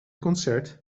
concert